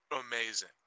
amazing